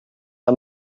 are